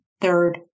third